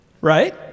right